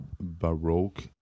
Baroque